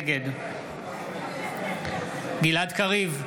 נגד גלעד קריב,